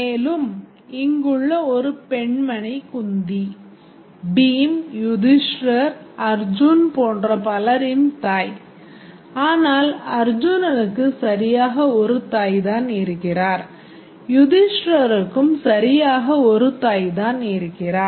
மேலும் இங்குள்ள ஒரு பெண்மணி குந்தி பீம் யுதிஷ்டீர் அர்ஜுன் போன்ற பலரின் தாயார் ஆனால் அர்ஜுனுக்கு சரியாக ஒரு தாய் தான் இருக்கிறார் யுதிஷ்டீருக்கும் சரியாக ஒரு தாய் தான் இருக்கிறார்